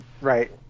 Right